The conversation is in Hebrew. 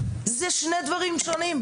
זה שני דברים שונים.